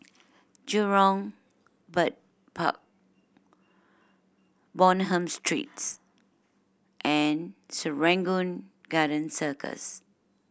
Jurong Bird Park Bonham Street and Serangoon Garden Circus